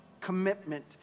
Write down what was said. commitment